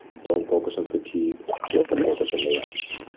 don't focus on fatigue. don't but focus on the reps.